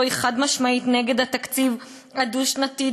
היא חד-משמעית נגד התקציב הדו-שנתי,